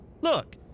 look